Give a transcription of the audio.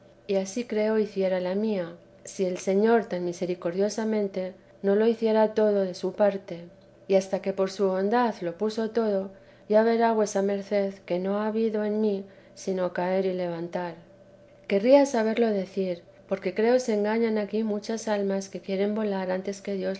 y ansí creo hiciera la mía si el señor tan misericordiosamente no lo hiciera todo de su parte y hasta que por su bondad lo puso todo ya verá vuesa merced que no ha habido en mí sino caer y levantar querría saberlo decir porque creo se engañan aquí muchas almas que quieren volar antes que